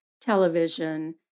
television